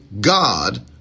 God